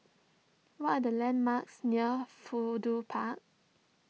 what are the landmarks near Fudu Park